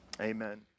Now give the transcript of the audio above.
amen